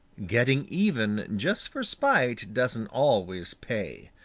getting even just for spite doesn't always pay.